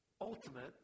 ultimate